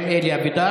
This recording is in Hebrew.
עם אלי אבידר.